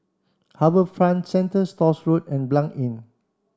HarbourFront Centre Stores Road and Blanc Inn